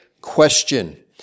question